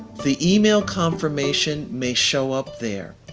the email confirmation may show up there.